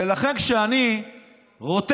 ולכן כשאני רותח,